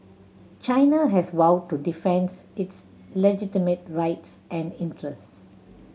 China has vowed to defends its legitimate rights and interests